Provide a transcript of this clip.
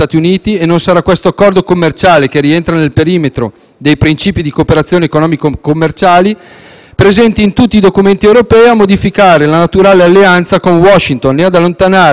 presenti in tutti i documenti europei, a modificare la naturale alleanza con Washington e ad allontanare l'Italia dal blocco occidentale e dall'Alleanza atlantica. Concludo, signor Presidente, confermando quanto detto nel mio intervento.